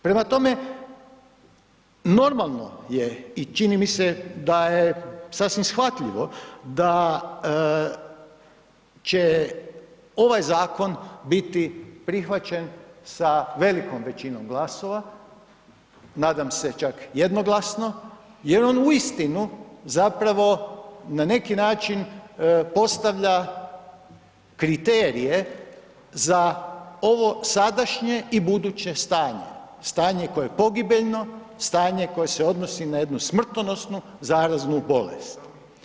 Prema tome, normalno je i čini mi se da je sasvim shvatljivo da će ovaj zakon biti prihvaćen sa velikom većinom glasova, nadam se čak jednoglasno jer on uistinu zapravo na neki način postavlja kriterije za ovo sadašnje i buduće stanje, stanje koje je pogibeljno, stanje koje se odnosi na jednu smrtonosnu zaraznu bolest.